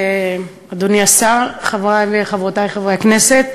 תודה, אדוני השר, חברי וחברותי חברי הכנסת,